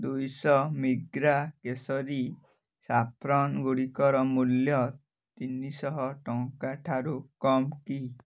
ଦୁଇଶହ ମିଗ୍ରା କେଶରୀ ସାଫ୍ରନ୍ଗୁଡ଼ିକର ମୂଲ୍ୟ ତିନିସହ ଟଙ୍କା ଠାରୁ କମ୍ କି